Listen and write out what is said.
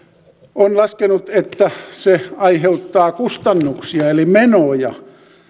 on laskenut että se aiheuttaa kustannuksia eli menoja